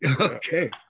Okay